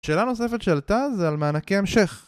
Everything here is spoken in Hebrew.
שאלה נוספת שעלתה זה על מענקי המשך